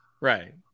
Right